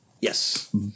Yes